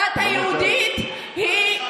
הדת היהודית היא,